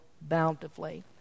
bountifully